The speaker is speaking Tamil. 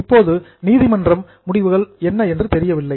இப்போது நீதிமன்ற டெசிஷன் முடிவுகள் என்ன என்று தெரியவில்லை